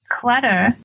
clutter